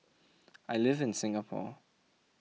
I live in Singapore